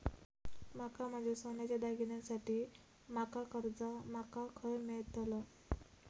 माका माझ्या सोन्याच्या दागिन्यांसाठी माका कर्जा माका खय मेळतल?